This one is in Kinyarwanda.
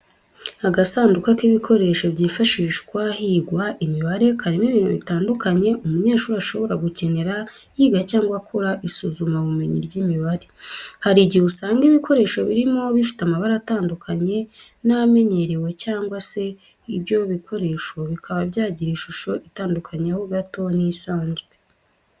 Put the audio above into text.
Agasanduka k'ibikoresho byifashishwa higwa imibare karimo ibintu bitandukanye umunyeshuri ashobora gukenera yiga cyangwa akora isuzumabumenyi ry'imibare. Hari igihe usanga ibikoresho birimo bifite amabara atandukanye n'amenyerewe cyangwa se ibyo bikoresho bikaba byagira ishusho itandukanyeho gato n'isanzwe.